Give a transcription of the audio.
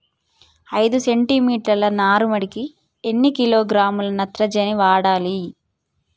ఐదు సెంటి మీటర్ల నారుమడికి ఎన్ని కిలోగ్రాముల నత్రజని వాడాలి?